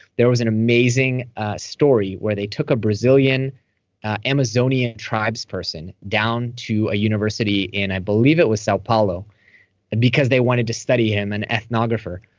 there was an amazing story where they took a brazilian amazonian tribes person down to a university in, i believe it was sao paulo and because they wanted to study him, an ethnographer.